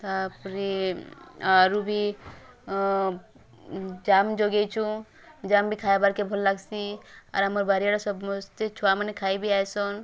ତାପରେ ଆରୁ ବି ଜାମ୍ ଯୋଗେଇଚୁ ଜାମ୍ ବି ଖାଇବାର୍ କେଁ ଭଲ୍ ଲାଗଶିଁ ଆର୍ ଆମର୍ ବାରିଆଡ଼େ ସମସ୍ତେ ଛୁଆମାନେ ଖାଇବି ଆଇସନ୍